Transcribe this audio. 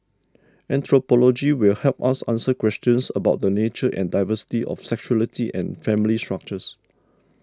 anthropology will help us answer questions about the nature and diversity of sexuality and family structures